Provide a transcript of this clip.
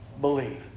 believe